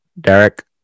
Derek